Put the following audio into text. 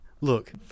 Look